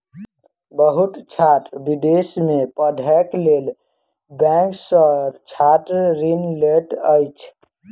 बहुत छात्र विदेश में पढ़ैक लेल बैंक सॅ छात्र ऋण लैत अछि